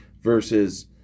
versus